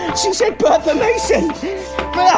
she said, bertha mason!